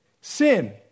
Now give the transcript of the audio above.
Sin